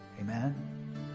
Amen